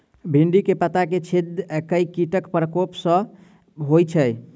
भिन्डी केँ पत्ता मे छेद केँ कीटक प्रकोप सऽ होइ छै?